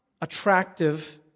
attractive